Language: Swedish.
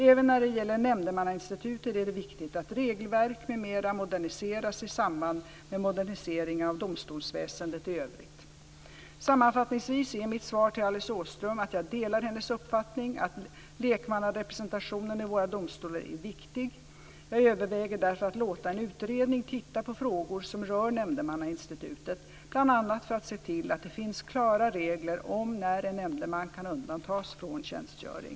Även när det gäller nämndemannainstitutet är det viktigt att regelverk m.m. moderniseras i samband med moderniseringen av domstolsväsendet i övrigt. Sammanfattningsvis är mitt svar till Alice Åström att jag delar hennes uppfattning att lekmannarepresentationen i våra domstolar är viktig. Jag överväger därför att låta en utredning titta på frågor som rör nämndemannainstitutet, bl.a. för att se till att det finns klara regler om när en nämndeman kan undantas från tjänstgöring.